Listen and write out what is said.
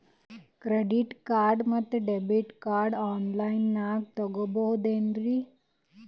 Credit card ಮತ್ತು debit card ಆನ್ ಲೈನಾಗ್ ತಗೋಬಹುದೇನ್ರಿ?